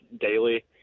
daily